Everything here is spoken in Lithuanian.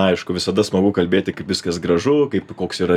aišku visada smagu kalbėti kaip viskas gražu kaip koks yra